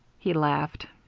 he laughed.